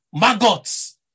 maggots